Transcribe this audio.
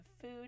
Food